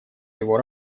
его